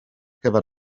gyfer